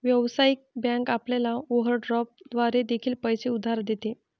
व्यावसायिक बँक आपल्याला ओव्हरड्राफ्ट द्वारे देखील पैसे उधार देते